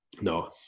No